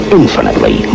infinitely